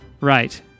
Right